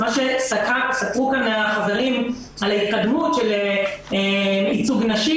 מה שסקרו כאן החברים על ההתקדמות של ייצוג נשים,